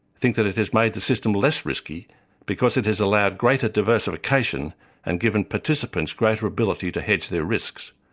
think that it has made the system less risky because it has allowed greater diversification and given participants greater ability to hedge their risks.